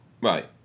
right